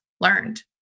learned